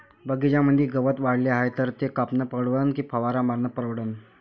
बगीच्यामंदी गवत वाढले हाये तर ते कापनं परवडन की फवारा मारनं परवडन?